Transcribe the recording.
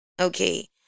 okay